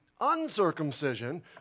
uncircumcision